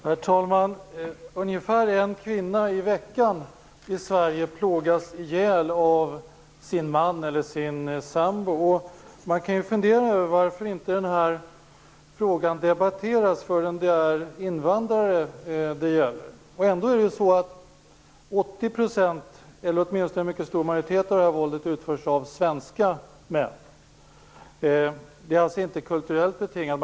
Herr talman! Ungefär en kvinna i veckan i Sverige plågas ihjäl av sin man eller sin sambo. Man kan fundera över varför frågan inte debatteras förrän det är invandrare det gäller. Ändå utförs 80 %, eller åtminstone en mycket stor majoritet, av våldet av svenska män. Det är alltså inte kulturellt betingat.